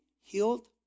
healed